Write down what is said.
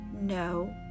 no